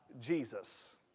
Jesus